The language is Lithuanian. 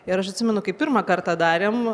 ir aš atsimenu kai pirmą kartą darėm